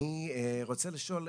אני רוצה לשאול,